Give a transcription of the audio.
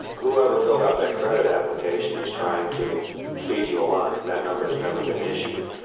whoever filled out that credit application is trying to feed you a line. that number's never been issued.